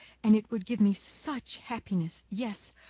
and it would give me such happiness, yes,